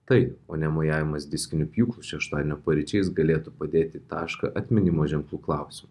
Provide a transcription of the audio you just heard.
tai o ne mojavimas diskiniu pjūklu šeštadienio paryčiais galėtų padėti tašką atminimo ženklų klausimu